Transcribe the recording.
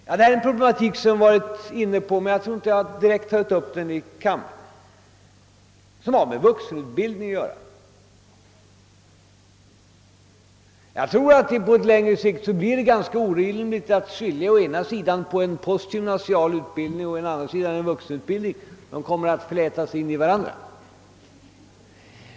Jag har ti digare varit inne på denna problematik, som har samband med vuxenutbildningen, men jag tror inte att jag direkt tagit upp den i denna kammare. På längre sikt blir det ganska orimligt att skilja på å ena sidan en postgymnasial utbildning och å andra sidan en vuxenutbildning. Dessa utbildningsformer kommer att flätas in i varandra.